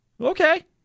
Okay